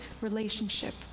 relationship